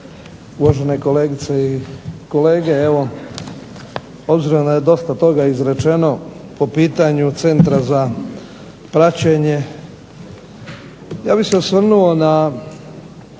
Uvažene kolegice i kolege. Evo obzirom da je dosta toga izrečeno po pitanju Centra za praćenje ja bih se osvrnuo i